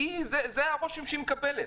זה הרושם שהיא מקבלת.